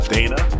Dana